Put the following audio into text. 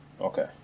Okay